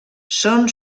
són